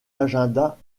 agenda